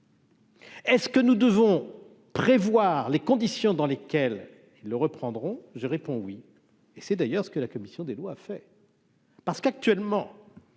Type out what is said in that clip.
Est ce que nous devons prévoir les conditions dans lesquelles ils le reprendront je réponds oui, et c'est d'ailleurs ce que la commission des lois fait. Parce qu'actuellement